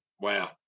Wow